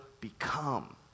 become